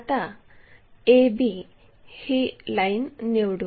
आता एक A B ही लाईन निवडू